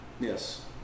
yes